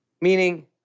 meaning